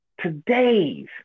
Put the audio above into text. Today's